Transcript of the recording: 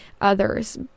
others